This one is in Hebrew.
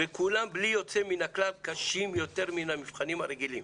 וכולם בלי יוצא מן הכלל קשים יותר מן המבחנים הרגילים.